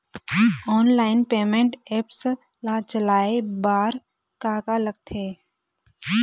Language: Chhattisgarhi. ऑनलाइन पेमेंट एप्स ला चलाए बार का का लगथे?